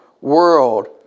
world